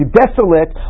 desolate